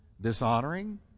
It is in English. dishonoring